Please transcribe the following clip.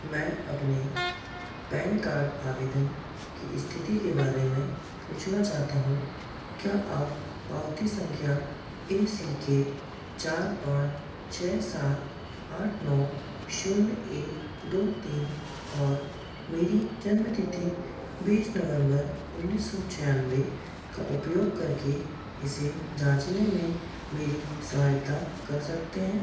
मैं अपने PAN card आवेदन की स्थिति के बारे में पूछना चाहता हूँ क्या आप पावती संख्या ए सी के चार पाँच छः सात आठ नौ शून्य एक दो तीन और मेरी जन्म तिथि बीस नवेंबर उन्नीस सौ छियानवे का उपयोग करके इसे जाँचने में मेरी सहायता कर सकते हैं